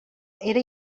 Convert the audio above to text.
era